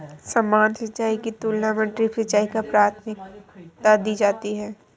सामान्य सिंचाई की तुलना में ड्रिप सिंचाई को प्राथमिकता दी जाती है